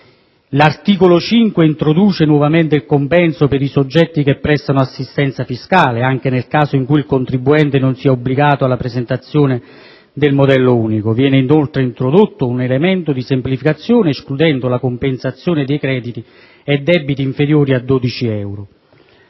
L'articolo 5 introduce nuovamente il compenso per i soggetti che prestano assistenza fiscale, anche nel caso in cui il contribuente non sia obbligato alla presentazione del modello unico. Viene inoltre introdotto un elemento di semplificazione escludendo la compensazione di crediti e debiti inferiori a 12 euro.